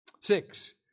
Six